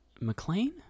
McLean